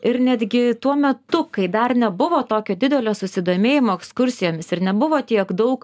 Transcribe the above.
ir netgi tuo metu kai dar nebuvo tokio didelio susidomėjimo ekskursijomis ir nebuvo tiek daug